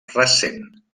recent